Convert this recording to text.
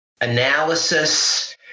analysis